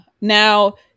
Now